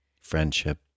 Friendship